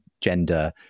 gender